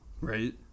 Right